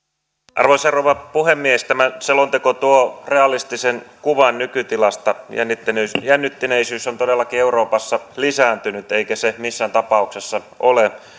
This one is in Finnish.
arvoisa rouva puhemies tämä selonteko luo realistisen kuvan nykytilasta jännittyneisyys on todellakin euroopassa lisääntynyt eikä se missään tapauksessa ole